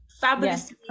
Fabulous